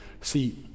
See